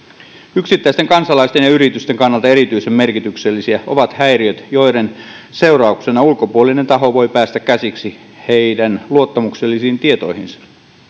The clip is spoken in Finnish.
yksittäisten kansalaisten ja yritysten kannalta erityisen merkityksellisiä ovat häiriöt joiden seurauksena ulkopuolinen taho voi päästä käsiksi heidän luottamuksellisiin tietoihinsa